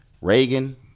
Reagan